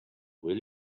will